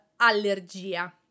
allergia